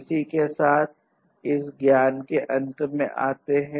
इसी के साथ इस ज्ञान के अंत में आते हैं